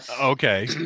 Okay